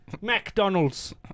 McDonald's